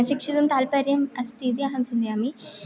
शिक्षितुं तात्पर्यम् अस्ति इति अहं चिन्तयामि